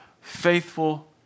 faithful